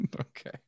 Okay